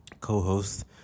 co-host